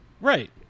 right